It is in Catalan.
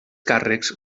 càrrecs